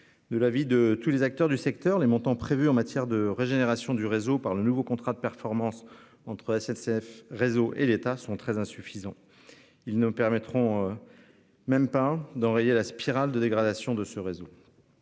De la vie de tous les acteurs du secteur, les montants prévus en matière de régénération du réseau par le nouveau contrat de performance entre SNCF réseau et l'État sont très insuffisants, ils ne permettront. Même pas d'enrayer la spirale de dégradation de ce réseau.